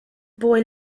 boy